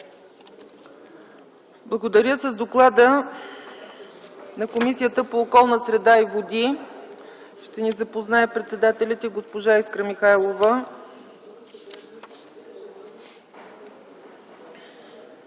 Благодаря. С Доклада на Комисията по околната среда и водите ще ни запозная председателят й госпожа Искра Михайлова.